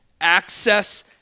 access